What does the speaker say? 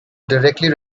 directly